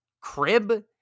crib